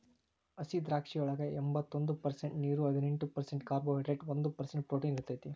ಹಸಿದ್ರಾಕ್ಷಿಯೊಳಗ ಎಂಬತ್ತೊಂದ ಪರ್ಸೆಂಟ್ ನೇರು, ಹದಿನೆಂಟ್ ಪರ್ಸೆಂಟ್ ಕಾರ್ಬೋಹೈಡ್ರೇಟ್ ಒಂದ್ ಪರ್ಸೆಂಟ್ ಪ್ರೊಟೇನ್ ಇರತೇತಿ